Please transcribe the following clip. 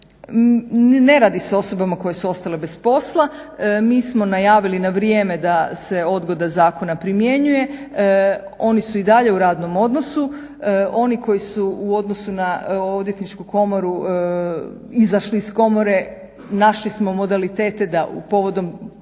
ne radi se o osobama koje su ostale bez posla. Mi smo najavili na vrijeme da se odgoda zakona primjenjuje. Oni su i dalje u radnom odnosu. Oni koji su u odnosu na Odvjetničku komoru izašli iz komore našli smo modalitete da povodom